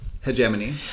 Hegemony